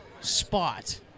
spot